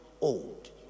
old